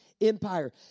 Empire